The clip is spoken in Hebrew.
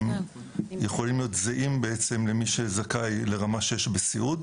הם יכולים להיות זהים למי שזכאי לרמה (6) בסיעוד.